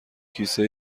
کیسه